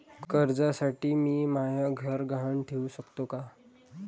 कर्जसाठी मी म्हाय घर गहान ठेवू सकतो का